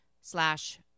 slash